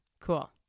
cool